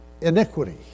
iniquity